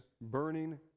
burning